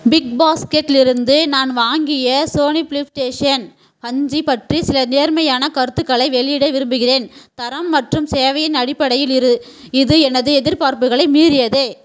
பிக்பாஸ்கெட்டிலிருந்து நான் வாங்கிய Sony PlayStation அஞ்சு பற்றி சில நேர்மறையான கருத்துக்களை வெளியிட விரும்புகிறேன் தரம் மற்றும் சேவையின் அடிப்படையில் இது எனது எதிர்பார்ப்புகளை மீறியது